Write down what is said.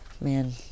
Man